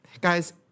guys